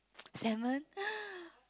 salmon